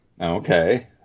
Okay